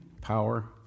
power